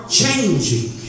changing